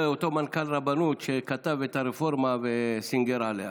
זה אותו מנכ"ל רבנות שכתב את הרפורמה וסנגר עליה.